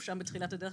היינו בתחילת הדרך,